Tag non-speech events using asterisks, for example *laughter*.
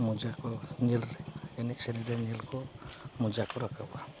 *unintelligible* ᱧᱮᱞ ᱮᱱᱮᱡ ᱥᱮᱨᱮᱧ ᱨᱮᱭᱟᱜ ᱧᱮᱞ ᱠᱚ ᱢᱚᱡᱟ ᱠᱚ ᱨᱟᱠᱟᱵᱟ